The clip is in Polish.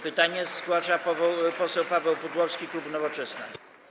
Pytanie zgłasza poseł Paweł Pudłowski, klub Nowoczesna.